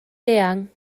eang